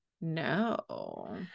No